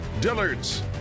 Dillard's